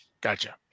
Gotcha